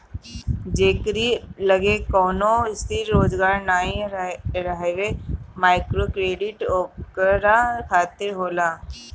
जेकरी लगे कवनो स्थिर रोजगार नाइ हवे माइक्रोक्रेडिट ओकरा खातिर होला